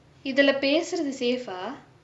இதுலே பேசுறது:ithulae pesurathu safe ah